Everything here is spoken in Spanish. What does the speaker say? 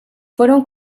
fueron